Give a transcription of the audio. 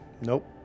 Nope